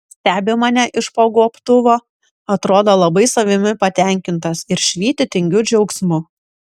stebi mane iš po gobtuvo atrodo labai savimi patenkintas ir švyti tingiu džiaugsmu